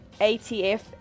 ATF